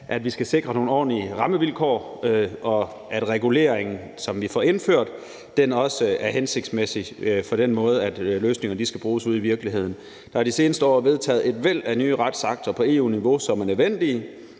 at vi skal sikre nogle ordentlige rammevilkår, og at reguleringen, som vi får indført, også er hensigtsmæssig for den måde, hvorpå løsninger skal bruges ude i virkeligheden. Der er de seneste år vedtaget et væld af nye retsakter på EU-niveau, som er nødvendige.